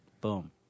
Boom